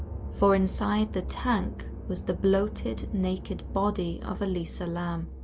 for inside the tank was the bloated, naked body of elisa lam.